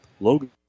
Logan